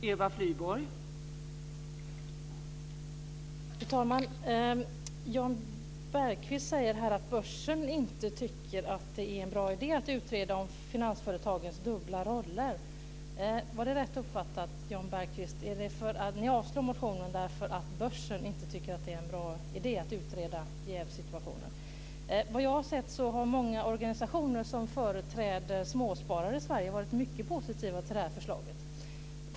Fru talman! Jan Bergqvist säger att börsen inte tycker att det är en bra idé att utreda om finansföretagens dubbla roller. Var det rätt uppfattat, Jan Bergqvist? Avslår ni motionsyrkandet därför att börsen inte tycker att det är en bra idé att utreda jävssituationer? Vad jag har sett har många organisationer som företräder småsparare i Sverige varit mycket positiva till detta förslag.